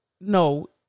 No